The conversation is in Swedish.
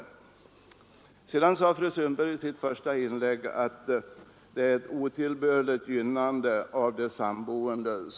Fru Sundberg sade i sitt första inlägg att vi håller på att skapa ett otillbörligt gynnande av de sammanboende.